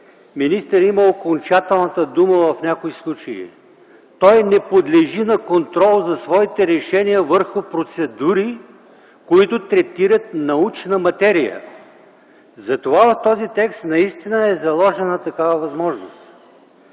министърът има окончателната дума в някои случаи. Той не подлежи на контрол за своите решения върху процедури, които третират научна материя. Затова в този текст наистина е заложена такава възможност.